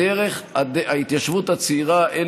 מה זה התיישבות צעירה?